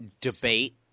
debate